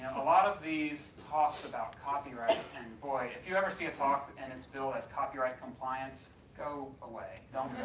a lot of these talks about copyright, and boy if you ever see a talk and it's bill is copyright compliance, go away don't go,